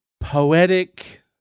poetic